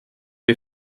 les